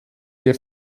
der